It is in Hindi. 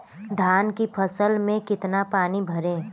धान की फसल में कितना पानी भरें?